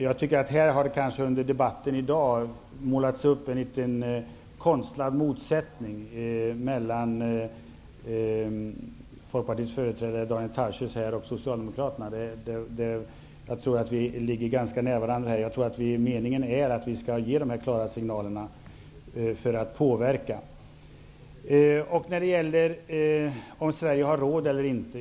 Under debatten i dag har det kanske målats upp en något konstlad motsättning mellan Folkpartiets företrädare Daniel Tarschys och Socialdemokraterna. Jag tror att vi ligger ganska nära varandra i vår uppfattning, och att det är meningen att vi för att påverka skall ge dessa klara signaler. Har Sverige råd eller inte?